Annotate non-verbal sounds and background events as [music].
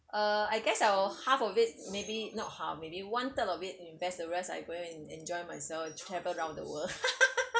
uh I guess I'll half of it maybe not half maybe one third of it invest the rest I go and enjoy myself and travel around the world [laughs]